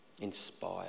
inspire